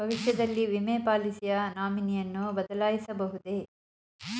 ಭವಿಷ್ಯದಲ್ಲಿ ವಿಮೆ ಪಾಲಿಸಿಯ ನಾಮಿನಿಯನ್ನು ಬದಲಾಯಿಸಬಹುದೇ?